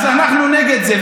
אנחנו נגד זה,